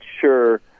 sure